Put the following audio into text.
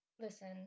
listen